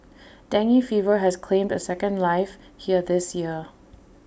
dengue fever has claimed A second life here this year